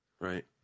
Right